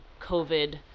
COVID